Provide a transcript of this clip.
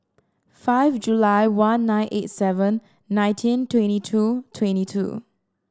five July one nine eight seven nineteen twenty two twenty two